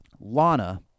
Lana